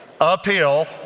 uphill